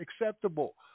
acceptable